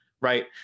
right